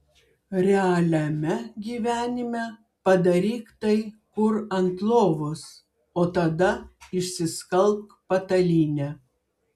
realiame gyvenime padaryk tai kur ant lovos o tada išsiskalbk patalynę